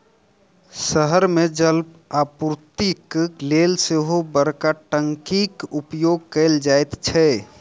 शहर मे जलापूर्तिक लेल सेहो बड़का टंकीक उपयोग कयल जाइत छै